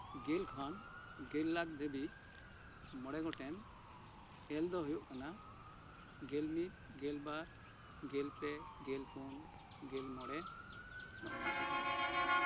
ᱜᱮᱞ ᱠᱷᱚᱱ ᱜᱮᱞ ᱞᱟᱠᱷ ᱫᱷᱟᱵᱤᱡ ᱢᱚᱬᱮ ᱜᱚᱴᱮᱱ ᱮᱞ ᱫᱚ ᱦᱳᱭᱳᱜ ᱠᱟᱱᱟ ᱜᱮᱞ ᱢᱤᱫ ᱜᱮᱞ ᱵᱟᱨ ᱜᱮᱞ ᱯᱮ ᱜᱮᱞ ᱯᱩᱱ ᱜᱮᱞ ᱢᱚᱬᱮ ᱱᱚᱜ ᱚᱭ ᱱᱚᱶᱟ ᱜᱮ ᱦᱳᱭᱳᱜ ᱠᱟᱱᱟ